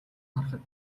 харахад